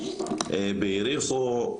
ביריחו,